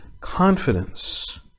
confidence